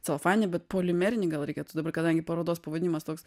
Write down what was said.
celofaninį bet polimerinį gal reikėtų dabar kadangi parodos pavadinimas toks